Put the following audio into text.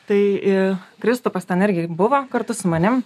tai kristupas ten irgi buvo kartu su manim